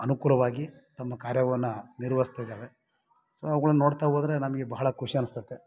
ಅನುಕೂಲವಾಗಿ ತಮ್ಮ ಕಾರ್ಯವನ್ನು ನಿರ್ವಹಿಸ್ತಿದಾವೆ ಸೊ ಅವ್ಗಳನ್ನ ನೋಡ್ತಾ ಹೋದ್ರೆ ನಮಗೆ ಬಹಳ ಖುಷಿ ಅನ್ಸತ್ತೆ